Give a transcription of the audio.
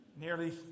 nearly